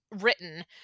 written